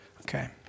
Okay